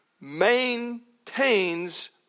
maintains